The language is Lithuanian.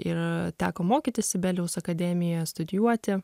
ir teko mokytis sibelijaus akademijoje studijuoti